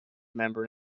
member